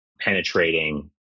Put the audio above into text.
penetrating